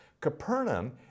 Capernaum